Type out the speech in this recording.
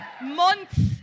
Months